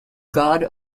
god